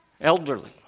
elderly